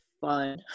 fun